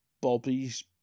Bobby's